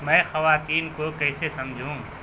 میں خواتین کو کیسے سمجھوں